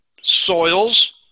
soils